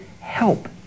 help